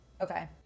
okay